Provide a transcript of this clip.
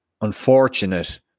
unfortunate